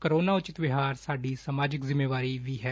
corona ਉਚਿਤ ਵਿਵਹਾਰ ਸਾਡੀ ਸਮਾਜਿਕ ਜਿੰਮੇਵਾਰੀ ਵੀ ਐ